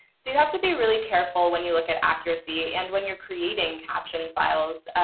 so you have to be really careful when you look at accuracy and when you're creating caption files,